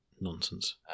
nonsense